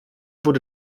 wurde